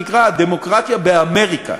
שנקרא "הדמוקרטיה באמריקה",